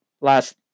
last